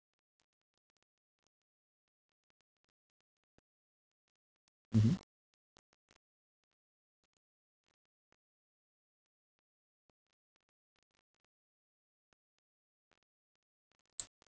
mmhmm